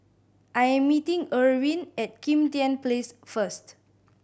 I am meeting Erwin at Kim Tian Place first